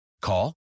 Call